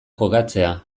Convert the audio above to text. kokatzea